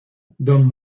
don